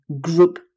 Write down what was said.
group